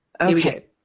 Okay